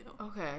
Okay